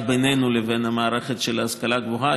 בינינו לבין המערכת של ההשכלה הגבוהה.